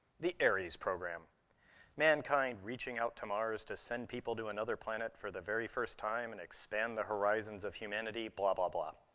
the ares program mankind reaching out to mars to send people to another planet for the very first time and expand the horizons of humanity, blah, blah, blah.